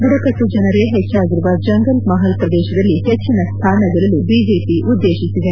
ಬುಡಕಟ್ಟು ಜನರೇ ಹೆಚ್ಚಾಗಿರುವ ಜಂಗಲ್ ಮಹಲ್ ಶ್ರದೇಶದಲ್ಲಿ ಹೆಚ್ಚಿನ ಸ್ಲಾನ ಗೆಲ್ಲಲು ಬಿಜೆಪಿ ಉದ್ಗೇತಿಸಿದೆ